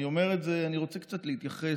אני אומר את זה ואני רוצה קצת להתייחס,